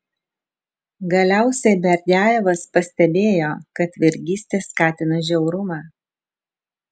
galiausiai berdiajevas pastebėjo kad vergystė skatina žiaurumą